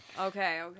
Okay